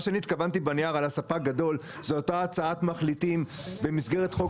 מה שאני התכוונתי בנייר על הספק הגדול זה אותה הצעת מחליטים במסגרת חוק